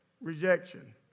rejection